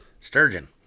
Sturgeon